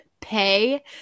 pay